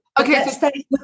okay